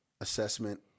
assessment